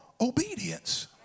obedience